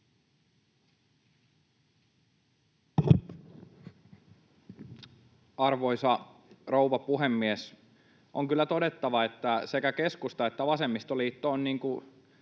Arvoisa rouva puhemies! On kyllä todettava, että sekä keskusta että vasemmistoliitto ovat